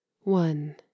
one